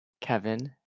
Kevin